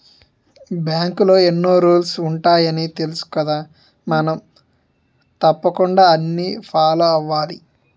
బాంకులో ఎన్నో రూల్సు ఉంటాయని తెలుసుకదా మనం తప్పకుండా అన్నీ ఫాలో అవ్వాలి